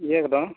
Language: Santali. ᱤᱭᱟᱹ ᱠᱚᱫᱚ